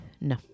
No